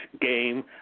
game